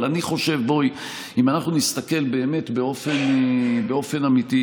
אבל אני חושב שאם אנחנו נסתכל באופן אמיתי,